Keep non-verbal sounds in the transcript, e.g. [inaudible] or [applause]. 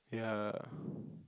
ya [breath]